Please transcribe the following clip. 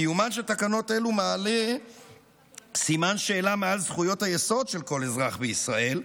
קיומן של תקנות אלו מעלה סימן שאלה מעל זכויות היסוד של כל אזרח בישראל.